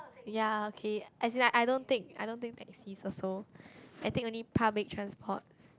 ya okay as in like I don't take I don't take taxis also I take only public transports